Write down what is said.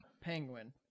Penguin